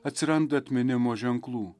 atsiranda atminimo ženklų